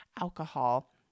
alcohol